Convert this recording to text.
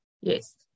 Yes